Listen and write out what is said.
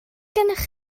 gennych